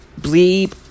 bleep